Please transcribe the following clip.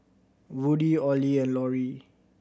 Woody Ollie and Loree